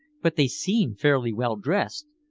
but they seem fairly well dressed.